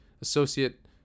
Associate